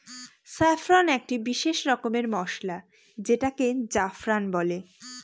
saffron একটি বিশেষ রকমের মসলা যেটাকে জাফরান বলে